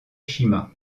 shima